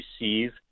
receive